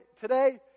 today